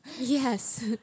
Yes